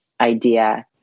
idea